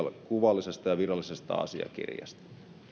kuvallisesta ja virallisesta asiakirjasta